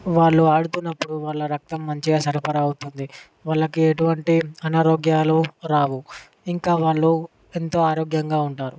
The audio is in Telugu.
వాళ్లు ఆడుతున్నప్పుడు వాళ్ళ రక్తం మంచిగా సరఫరా అవుతుంది వాళ్లకి ఎటువంటి అనారోగ్యాలు రావు ఇంకా వాళ్ళు ఎంతో ఆరోగ్యంగా ఉంటారు